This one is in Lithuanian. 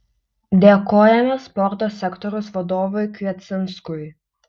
dėkojame sporto sektoriaus vadovui kviecinskui